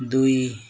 ଦୁଇ